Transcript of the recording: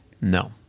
No